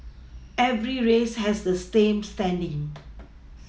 every race has the same standing